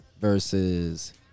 versus